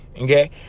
okay